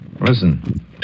Listen